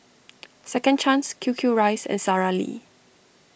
Second Chance Q Q Rice and Sara Lee